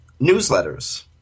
newsletters